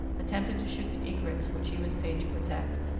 attempted to shoot the egrets which he was paid to protect.